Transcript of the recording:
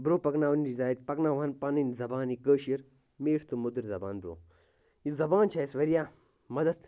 برٛونٛہہ پَکناونٕچ دادِ پَکناوہَن پَنٕنۍ زَبان یہِ کٲشِر میٖٹھ تہٕ مٔدٕر زَبان برٛونٛہہ یہِ زَبان چھِ اَسہِ واریاہ مَدد